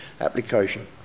application